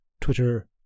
Twitter